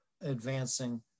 advancing